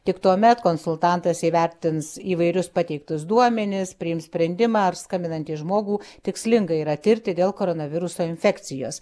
tik tuomet konsultantas įvertins įvairius pateiktus duomenis priims sprendimą ar skambinantį žmogų tikslinga yra tirti dėl koronaviruso infekcijos